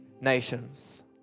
nations